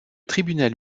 tribunal